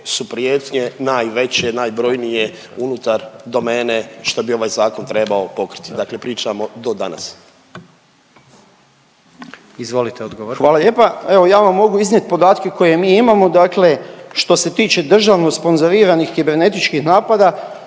su prijetnje najveće, najbrojnije unutar domene što bi ovaj zakon trebao pokriti, dakle pričamo do danas? **Jandroković, Gordan (HDZ)** Izvolite odgovor. **Nekić, Darko** Hvala lijepa. Evo ja vam mogu iznijet podatke koje mi imamo, dakle što se tiče državno sponzoriranih kibernetičkih napada